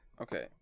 Okay